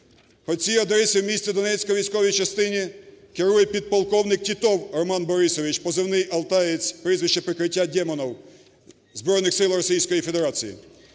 По цій адресі в місті Донецьку у військовій частині керує підполковник Тітов Роман Борисович, позивний – "Алтаєць", прізвище-прикриття – Демонов, Збройних сил Російської Федерації.